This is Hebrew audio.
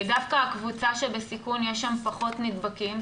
דווקא בקבוצה שבסיכון יש פחות נדבקים.